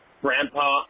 grandpa